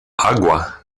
agua